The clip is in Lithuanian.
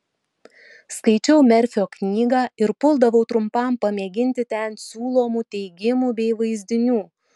skaičiau merfio knygą ir puldavau trumpam pamėginti ten siūlomų teigimų bei vaizdinių